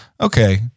okay